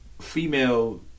Female